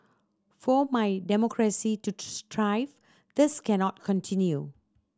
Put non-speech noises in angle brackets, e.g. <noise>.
for my democracy to <unintelligible> thrive this cannot continue